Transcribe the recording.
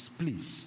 please